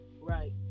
right